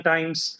Times